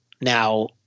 Now